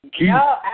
No